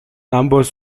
ambos